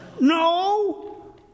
No